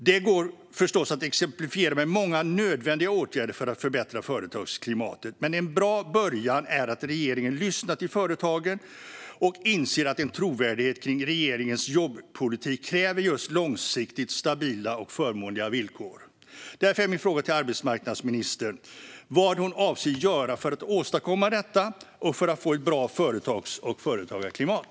Det går förstås att exemplifiera med många nödvändiga åtgärder för att förbättra företagsklimatet, men en bra början är att regeringen lyssnar till företagen och inser att en trovärdighet kring regeringens jobbpolitik kräver just långsiktigt stabila och förmånliga villkor. Därför är min fråga till arbetsmarknadsministern vad hon avser att göra för att åstadkomma detta och för att få ett bra företags och företagarklimat.